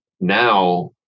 now